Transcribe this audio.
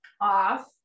off